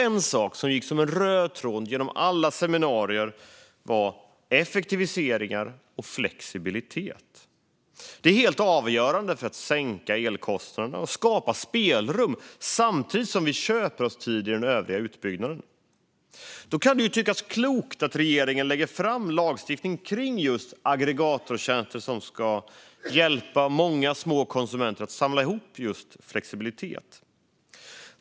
En sak som gick som en röd tråd genom alla seminarier var effektiviseringar och flexibilitet. Det är helt avgörande för att sänka elkostnaderna och skapa spelrum samtidigt som vi köper oss tid i den övriga utbyggnaden. Då kan det tyckas klokt att regeringen lägger fram lagstiftning kring aggregatortjänster som ska hjälpa många små konsumenter att samla ihop just flexibilitet.